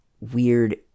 weird